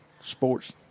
sports